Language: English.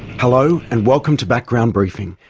hello, and welcome to background briefing.